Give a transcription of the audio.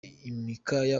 imikaya